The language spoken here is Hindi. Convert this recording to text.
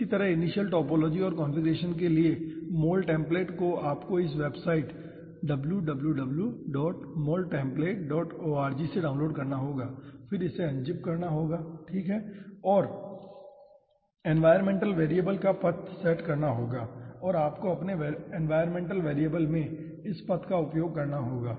इसी तरह इनिशियल टोपोलॉजी और कॉन्फ़िगरेशन के लिए Moltemplate को आपको इस वेबसाइट wwwMoltemplateorg से डाउनलोड करना होगा फिर इसे अनज़िप करना होगा ठीक है और एनवायर्नमेंटल वेरिएबल का पथ सेट करना होगा और आपको अपने एनवायर्नमेंटल वेरिएबल में इस पथ का उपयोग करना होगा